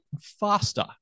faster